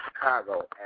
Chicago